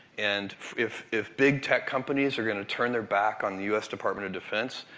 and if if big tech companies are gonna turn their back on the u s. department of defense,